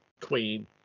queen